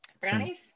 Brownies